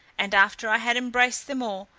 and after i had embraced them all,